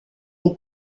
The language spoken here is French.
des